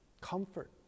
comfort